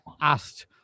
asked